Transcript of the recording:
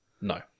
No